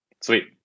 Sweet